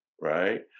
right